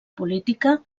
política